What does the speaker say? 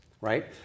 right